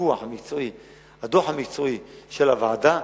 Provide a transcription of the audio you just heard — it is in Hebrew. הדוח המקצועי של הוועדה,